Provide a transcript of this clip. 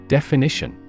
Definition